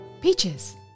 Peaches